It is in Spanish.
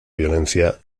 violencia